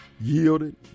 yielded